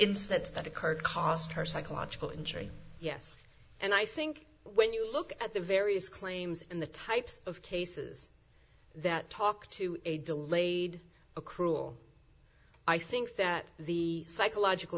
instance that occurred cost her psychological injury yes and i think when you look at the various claims in the types of cases that talk to a delayed a cruel i think that the psychological